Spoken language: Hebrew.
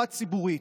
הציבורית.